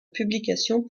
publications